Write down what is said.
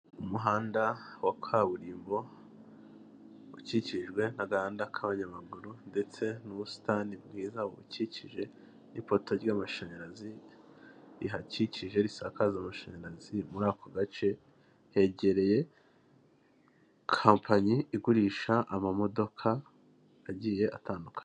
Umuhanda wa kaburimbo ukikijwe n'agahanda k'abanyamaguru ndetse n'ubusitani bwiza bukikije n'ipota ry'amashanyarazi rihakikije risakaza amashanyarazi muri ako gace hegereye kompanyi igurisha amamodoka agiye atandukanye.